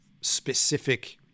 specific